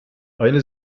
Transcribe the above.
eine